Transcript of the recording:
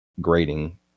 grading